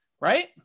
right